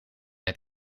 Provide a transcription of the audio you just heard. het